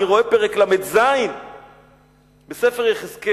אני רואה את פרק ל"ז בספר יחזקאל.